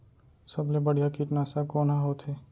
सबले बढ़िया कीटनाशक कोन ह होथे?